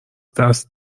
دست